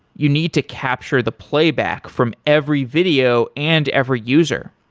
you need to capture the playback from every video and every user.